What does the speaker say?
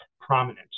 prominent